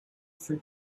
for